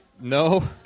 No